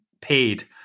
paid